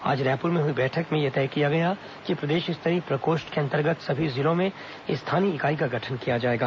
आज रायपुर में हुई बैठक में यह तय किया गया कि प्रदेश स्तरीय प्रकोष्ठ के अंतर्गत सभी जिलों में स्थानीय इकाई का गठन किया जाएगा